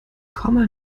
komme